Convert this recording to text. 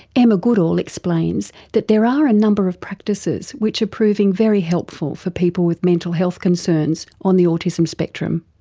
emma goodall explains that there are a number of practices which are ah proving very helpful for people with mental health concerns on the autism spectrum.